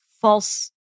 false